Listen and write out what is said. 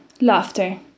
Laughter